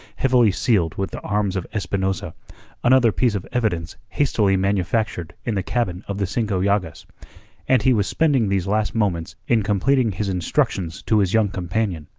heavily sealed with the arms of espinosa another piece of evidence hastily manufactured in the cabin of the cinco llagas and he was spending these last moments in completing his instructions to his young companion.